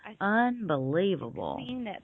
Unbelievable